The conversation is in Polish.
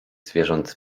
zwierząt